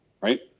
Right